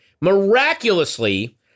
miraculously